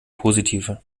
positiver